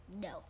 No